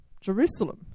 Jerusalem